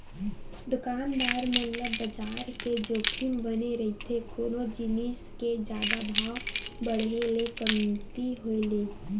दुकानदार मन ल बजार के जोखिम बने रहिथे कोनो जिनिस के जादा भाव बड़हे ले कमती होय ले